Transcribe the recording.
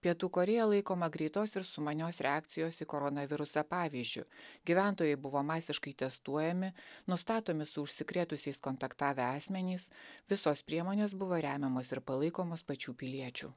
pietų korėja laikoma greitos ir sumanios reakcijos į koronavirusą pavyzdžiu gyventojai buvo masiškai testuojami nustatomi su užsikrėtusiais kontaktavę asmenys visos priemonės buvo remiamos ir palaikomos pačių piliečių